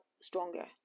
stronger